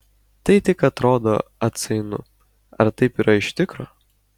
tai tik atrodo atsainu ar taip yra iš tikro